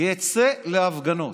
יצא להפגנות.